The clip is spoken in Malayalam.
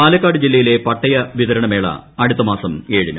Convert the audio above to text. പാലക്കാട്ട് ജില്ലയിലെ പട്ടയ വിതരണമേള അടുത്ത മാസം ഏഴിന്